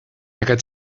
aquest